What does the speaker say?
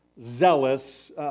zealous